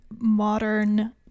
modern